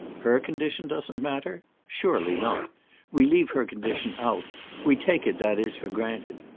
her condition doesn't matter? surely not we leave her condition out we take it, that is, for granted.